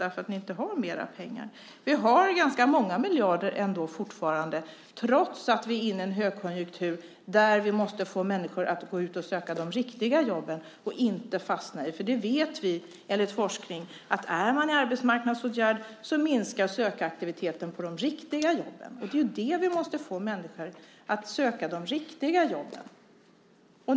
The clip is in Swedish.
Ni har ju inte mer pengar. Vi har fortfarande ganska många miljarder - trots att vi är inne i en högkonjunktur där vi måste få människor att gå ut och söka de riktiga jobben i stället för att fastna i arbetsmarknadsåtgärder. Är man i arbetsmarknadsåtgärder minskar sökaktiviteten för de riktiga jobben. Det vet vi enligt forskning.